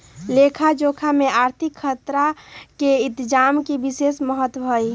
लेखा जोखा में आर्थिक खतरा के इतजाम के विशेष महत्व हइ